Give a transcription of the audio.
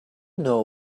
know